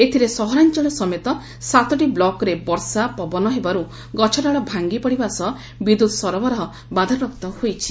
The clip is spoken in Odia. ଏଥିରେ ସହରାଞ୍ଚଳ ସମେତ ସାତଟି ବ୍ଲକ୍ରେ ବର୍ଷା ପବନ ହେବାରୁ ଗଛ ଡାଳ ଭାଙ୍ଗି ପଡ଼ିବା ସହ ବିଦ୍ୟତ୍ ସରବରାହ ବାଧାପ୍ରାପ୍ତ ହୋଇଛି